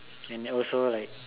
and also like